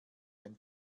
ein